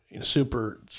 Super